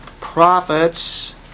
prophets